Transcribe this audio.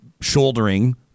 shouldering